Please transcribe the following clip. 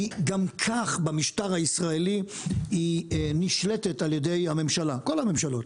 גם כך במשטר הישראלי היא נשלטת על ידי הממשלה כל הממשלות,